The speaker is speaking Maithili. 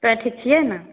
कथि छियै ने